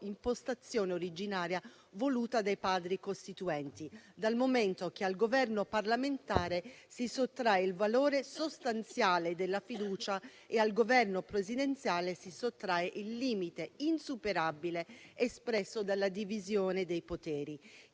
impostazione originaria voluta dai Padri costituenti, dal momento che al governo parlamentare si sottrae il valore sostanziale della fiducia e al governo presidenziale si sottrae il limite insuperabile espresso dalla divisione dei poteri,